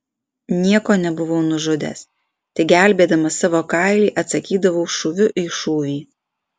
nieko nebuvau nužudęs tik gelbėdamas savo kailį atsakydavau šūviu į šūvį